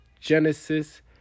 Genesis